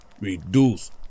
Reduce